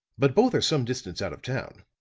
but both are some distance out of town.